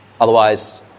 Otherwise